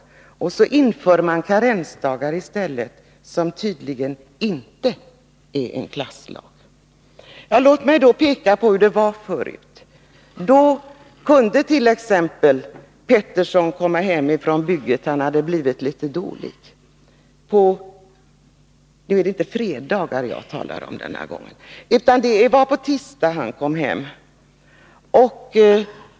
Och så inför man karensdagar i stället som tydligen inte är en klasslag. Låt mig peka på hur det var tidigare. Då kunde t.ex. Pettersson komma hem från bygget, han hade blivit litet dålig. Nu är det inte en fredag jag talar om, utan det var på tisdag som han kom hem.